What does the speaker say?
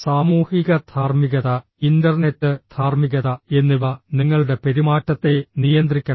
സാമൂഹിക ധാർമ്മികത ഇന്റർനെറ്റ് ധാർമ്മികത എന്നിവ നിങ്ങളുടെ പെരുമാറ്റത്തെ നിയന്ത്രിക്കണം